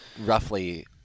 roughly